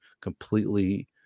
completely